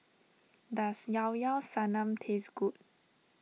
does Llao Llao Sanum taste good